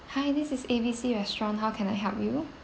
hi this is A B C restaurant how can I help you